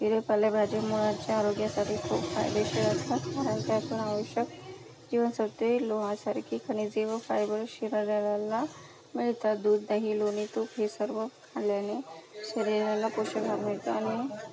हिरवे पालेभाजी मुळाच्या आरोग्यासाठी खूप फायदेशीर असतात कारण त्यातून आवश्यक जीवनसत्त्वे लोहासारखी खनिजे व फायबर शरीराला मिळतात दूध दही लोणी तूप हे सर्व खाल्ल्याने शरीराला पोषक आहार मिळतो आणि मग